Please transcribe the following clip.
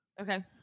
Okay